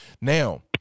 now